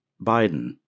Biden